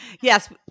Yes